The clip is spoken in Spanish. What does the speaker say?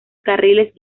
carriles